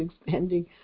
expanding